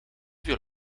veel